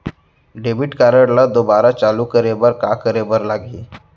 Debit card ला दोबारा चालू करे बर का करे बर लागही?